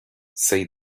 said